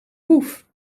poef